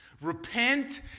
Repent